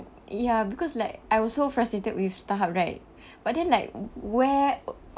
ya because like I also frustrated with Starhub right but then like where